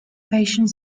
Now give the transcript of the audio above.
patient